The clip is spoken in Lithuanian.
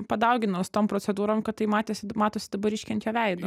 padaugino su tom procedūrom kad tai matėsi matosi dabar iškenčia veido